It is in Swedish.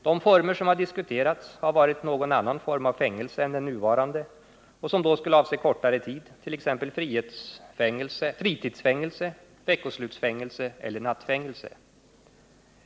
—-—- De former som hardiskuterats har varit någon annan form av fängelse än den nuvarande som då skulle avse kortare tid, t.ex. fritidsfängelse, veckoslutsfängelse eller nattfängelse.